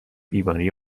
بیماری